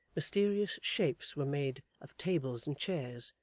mysterious shapes were made of tables and chairs,